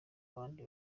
abandi